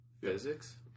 physics